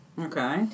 Okay